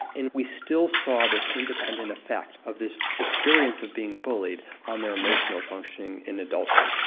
and we still saw this independent effect of this experience of being bullied on their emotional functioning in adulthood.